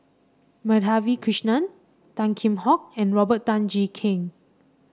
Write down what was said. Madhavi Krishnan Tan Kheam Hock and Robert Tan Jee Keng